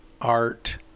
art